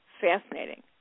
fascinating